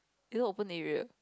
it's all open area